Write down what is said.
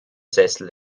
sessel